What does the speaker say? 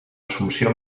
assumpció